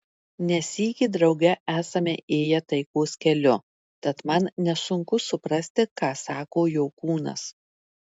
ne sykį drauge esame ėję taikos keliu tad man nesunku suprasti ką sako jo kūnas